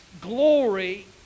glory